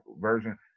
version